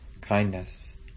kindness